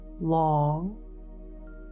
long